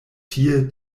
tie